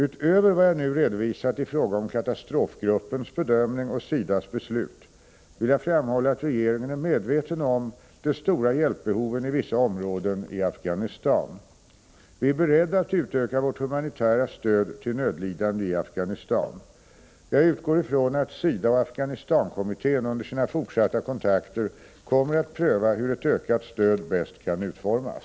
Utöver vad jag nu redovisat i fråga om katastrofgruppens bedömning och SIDA:s beslut vill jag framhålla att regeringen är medveten om de stora hjälpbehoven i vissa områden i Afghanistan. Vi är beredda att utöka vårt humanitära stöd till nödlidande i Afghanistan. Jag utgår ifrån att SIDA och Afghanistan-kommittén under sina fortsatta kontakter kommer att pröva hur ett ökat stöd bäst kan utformas.